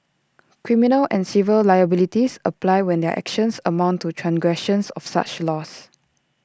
criminal and civil liabilities apply when their actions amount to transgressions of such laws